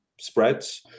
spreads